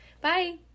Bye